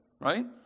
right